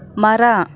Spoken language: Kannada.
ಮರ